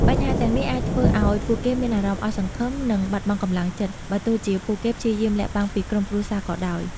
បញ្ហាទាំងនេះអាចធ្វើឲ្យពួកគេមានអារម្មណ៍អស់សង្ឃឹម និងបាត់បង់កម្លាំងចិត្ត បើទោះជាពួកគេព្យាយាមលាក់បាំងពីក្រុមគ្រួសារក៏ដោយ។